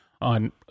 on